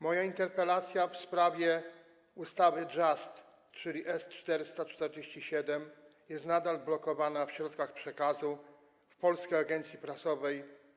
Moja interpelacja w sprawie ustawy JUST, czyli S.447, jest nadal blokowana w środkach przekazu w Polskiej Agencji Prasowej.